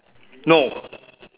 no